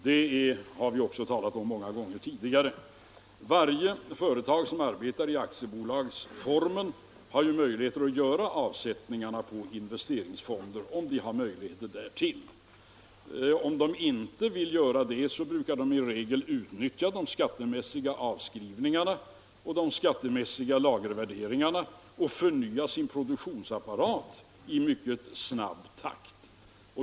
Det har vi resonerat om många gånger tidigare. Varje företag som arbetar i aktiebolagsform har möjlighet att göra avsättningar till investeringsfonder Om de inte vill göra det, brukar de i regel utnyttja de skattemässiga avskrivningarna och lagervärderingarna samt förnya sin produktionsapparat i mycket snabb takt.